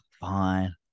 fine